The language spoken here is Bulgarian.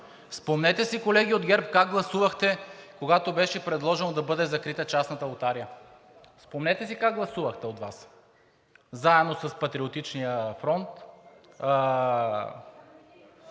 Спомнете си, колеги от ГЕРБ, как гласувахте, когато беше предложено да бъде закрита частната лотария. Спомнете си как гласувахте от Вас, заедно с „Патриотичния фронт“.